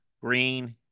green